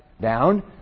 down